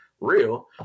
real